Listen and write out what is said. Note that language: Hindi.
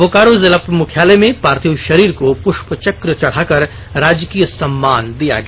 बोकारो जिला मुख्यालय में पार्थिव षरीर को पृष्प चक्र चढाकर राजकीय सम्मान दिया गया